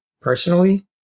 Personally